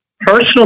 personal